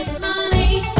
money